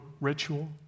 ritual